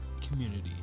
community